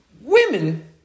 Women